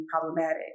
problematic